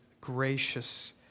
gracious